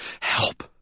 help